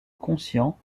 conscient